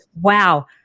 Wow